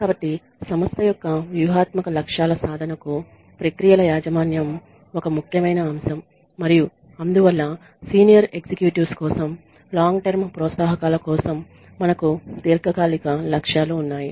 కాబట్టి సంస్థ యొక్క వ్యూహాత్మక లక్ష్యాల సాధనకు ప్రక్రియల యాజమాన్యం ఒక ముఖ్యమైన అంశం మరియు అందువల్ల సీనియర్ ఎగ్జిక్యూటివ్స్ కోసం దీర్ఘ కాల ప్రోత్సాహకాల కోసం మనకు దీర్ఘకాలిక లక్ష్యాలు ఉన్నాయి